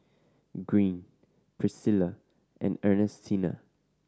Greene Priscilla and Ernestina